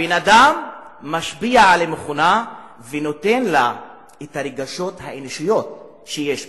הבן-אדם משפיע על המכונה ונותן לה את הרגשות האנושיים שיש בו.